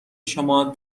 شما